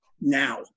now